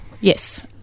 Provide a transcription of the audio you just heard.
Yes